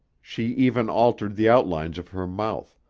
she even altered the outlines of her mouth,